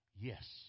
Yes